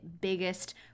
biggest